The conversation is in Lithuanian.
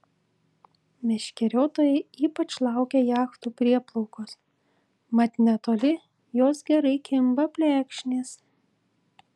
meškeriotojai ypač laukia jachtų prieplaukos mat netoli jos gerai kimba plekšnės